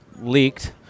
leaked